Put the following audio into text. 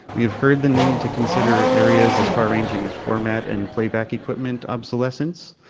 we've heard the need to consider areas as far ranging as format and playback equipment obsolescence,